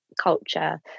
culture